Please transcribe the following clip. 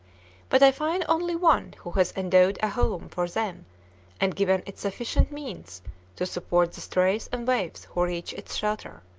but i find only one who has endowed a home for them and given it sufficient means to support the strays and waifs who reach its shelter.